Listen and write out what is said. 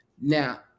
Now